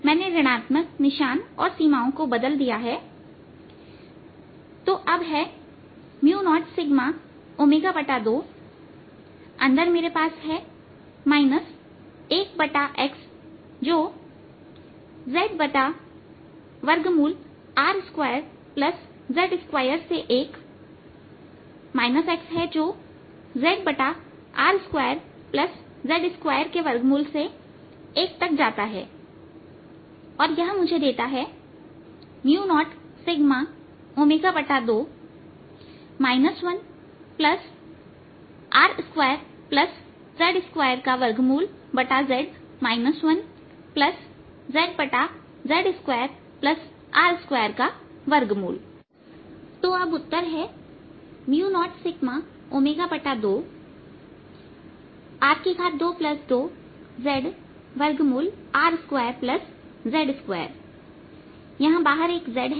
मैंने ऋण आत्मक निशान और सीमाओं को बदल दिया है जो अब है 0σω2 अंदर मेरे पास 1Xहै जो zR2Z2से 1 x है जो zR2Z2से 1 तक जाता है और यह मुझे देता है 0σω2 1R2Z2z 1zR2Z2 तो अब उत्तर है 0σω2 R22zR2Z2 यहां बाहर एक z है